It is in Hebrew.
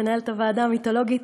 מנהלת הוועדה המיתולוגית,